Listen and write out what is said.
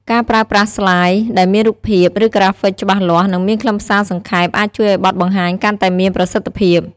ការប្រើប្រាស់ស្លាយ ដែលមានរូបភាព ឬក្រាហ្វិកច្បាស់លាស់ និងមានខ្លឹមសារសង្ខេប អាចជួយឱ្យបទបង្ហាញកាន់តែមានប្រសិទ្ធភាព។